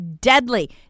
deadly